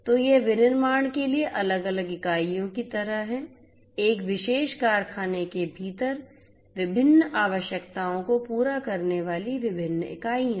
तो ये विनिर्माण के लिए अलग अलग इकाइयों की तरह हैं एक विशेष कारखाने के भीतर विभिन्न आवश्यकताओं को पूरा करने वाली विभिन्न इकाइयाँ